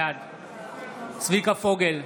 בעד צביקה פוגל,